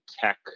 tech